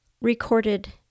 recorded